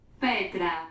petra